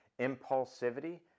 Impulsivity